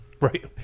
Right